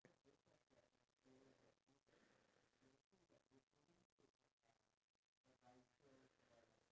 and I just feel unfair because the younger generation have to